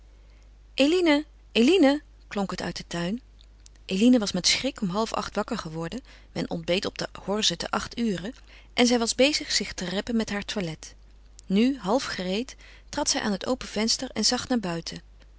eline eline klonk het uit den tuin eline was met schrik om half-acht wakker geworden men ontbeet op de horze te acht ure en zij was bezig zich te reppen met haar toilet nu half gereed trad zij aan het open venster en zag naar buiten